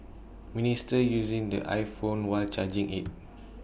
minister using the iPhone while charging IT